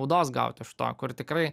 naudos gauti iš to kur tikrai